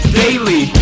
daily